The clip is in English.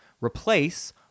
replace